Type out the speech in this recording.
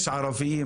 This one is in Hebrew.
יש ערבים?